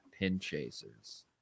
Pinchasers